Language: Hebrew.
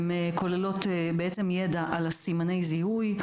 הן כוללות בעצם ידע על סימני זיהוי,